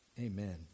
amen